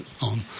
on